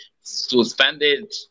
suspended